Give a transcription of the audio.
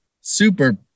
super